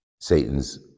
Satan's